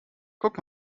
guck